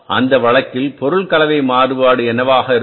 அந்த வழக்கில் பொருள் கலவை மாறுபாடு என்னவாக இருக்கும்